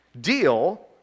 deal